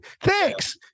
Thanks